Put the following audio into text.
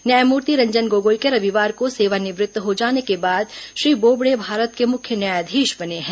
न्यायमूर्ति रंजन गोगोई के रविवार को सेवानिवृत्त हो जाने के बाद श्री बोबड़े भारत के मुख्य न्यायाधीश बने हैं